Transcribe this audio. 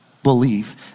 belief